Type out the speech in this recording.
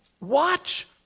watch